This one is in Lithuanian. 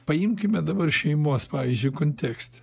paimkime dabar šeimos pavyzdžiui kontekste